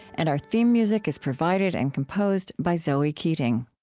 and our theme music is provided and composed by zoe keating